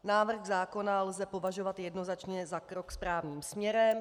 Návrh zákona lze považovat jednoznačně za krok správným směrem.